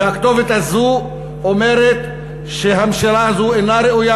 והכתובת הזאת אומרת שהממשלה הזאת אינה ראויה